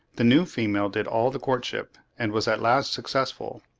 the new female did all the courtship, and was at last successful,